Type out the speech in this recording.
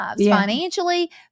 financially